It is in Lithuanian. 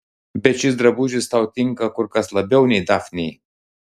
bet šis drabužis tau tinka kur kas labiau nei dafnei